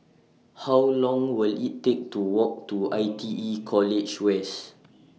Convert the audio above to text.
How Long Will IT Take to Walk to I T E College West